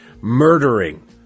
murdering